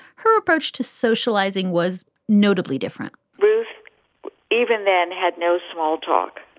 her approach to socializing was notably different ruth even then had no small talk.